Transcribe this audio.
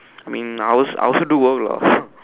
I mean I will I also do work lah